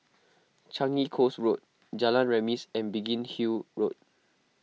Changi Coast Road Jalan Remis and Biggin Hill Road